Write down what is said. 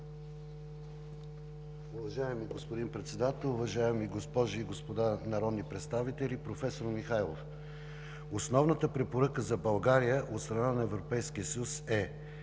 Уважаеми господин Председател, уважаеми госпожи и господа народни представители! Професор Михайлов, основната препоръка за България от страна на Европейския съюз е